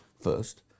first